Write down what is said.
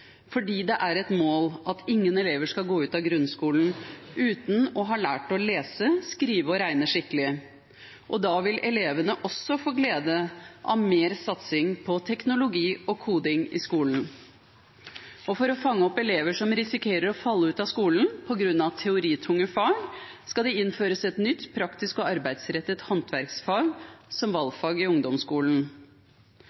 fordi det er et mål at ingen elever skal gå ut av grunnskolen uten å ha lært å lese, skrive og regne skikkelig. Da vil elevene også få glede av større satsing på teknologi og koding i skolen. For å fange opp elever som risikerer å falle ut av skolen på grunn av teoritunge fag, skal det innføres et nytt praktisk og arbeidsrettet håndverksfag som